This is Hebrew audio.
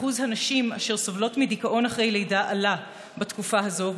אחוז הנשים אשר סובלות מדיכאון אחרי לידה עלה בתקופה זו,